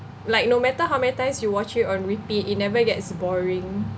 like no matter how many times you watch it on repeat it never gets boring